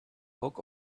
hook